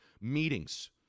Meetings